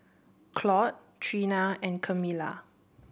Claud Treena and Camilla